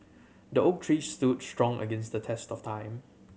the oak tree stood strong against the test of time